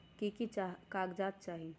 की की कागज़ात चाही?